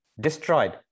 destroyed